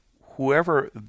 whoever